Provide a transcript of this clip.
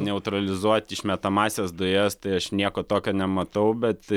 neutralizuot išmetamąsias dujas tai aš nieko tokio nematau bet